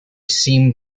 seem